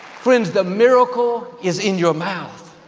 friends, the miracle is in your mouth.